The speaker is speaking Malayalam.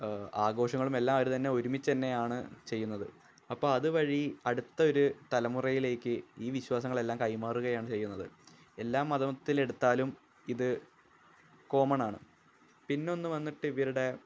ആഘോഷങ്ങളും എല്ലാം അവര് തന്നെ ഒരുമിച്ചു തന്നെയാണ് ചെയ്യുന്നത് അപ്പോള് അത് വഴി അടുത്തൊരു തലമുറയിലേക്ക് ഈ വിശ്വാസങ്ങളെല്ലാം കൈമാറുകയാണ് ചെയ്യുന്നത് എല്ലാം മതത്തിൽ എടുത്താലും ഇത് കോമണാണ് പിന്നൊന്ന് വന്നിട്ട് ഇവരുടെ